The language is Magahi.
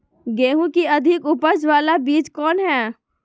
गेंहू की अधिक उपज बाला बीज कौन हैं?